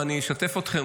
ואני אשתף אתכם.